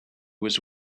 was